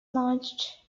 launched